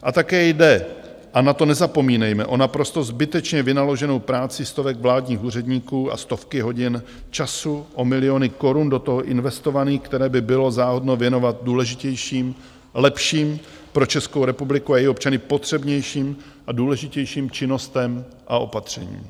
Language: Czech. A také jde a na to nezapomínejme o naprosto zbytečně vynaloženou práci stovek vládních úředníků a stovky hodin času, o miliony korun do toho investovaných, které by bylo záhodno věnovat lepším pro Českou republiku a její občany, potřebnějším a důležitějším činnostem a opatřením.